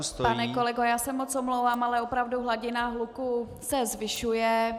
Pane kolego, já se moc omlouvám, ale opravdu hladina hluku se zvyšuje.